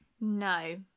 No